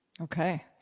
Okay